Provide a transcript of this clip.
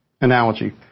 analogy